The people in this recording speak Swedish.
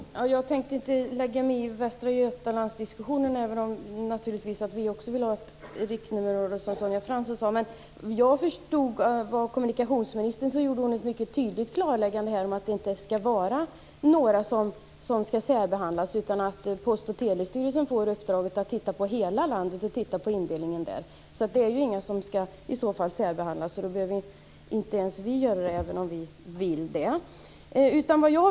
Herr talman! Jag tänkte inte lägga mig i Västra Götalands-diskussionen, även om vi naturligtvis också vill vara ett riktnummerområde, som Sonja Fransson sade. Såvitt jag förstod gjorde kommunikationsministern ett mycket tydligt klarläggande om att ingen skall särbehandlas. Post och telestyrelsen får uppdraget att titta på indelningen av hela landet. Ingen skall särbehandlas. Då skall inte heller vi särbehandlas, även om vi vill det.